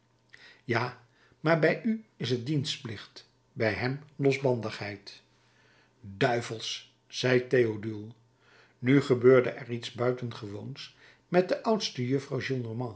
ja maar bij u is het dienstplicht bij hem losbandigheid duivels zei théodule nu gebeurde er iets buitengewoons met de oudste juffrouw